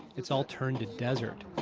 it's all turned to desert